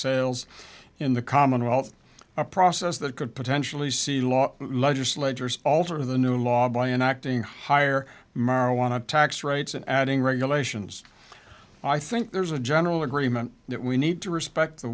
sales in the commonwealth a process that could potentially see law legislators alter the new law by enacting higher marijuana tax rates and adding regulations i think there's a general agreement that we need to respect the